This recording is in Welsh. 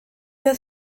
oedd